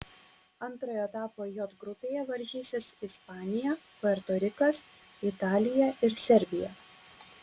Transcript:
antrojo etapo j grupėje varžysis ispanija puerto rikas italija ir serbija